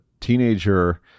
teenager